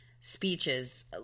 speeches